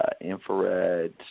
infrared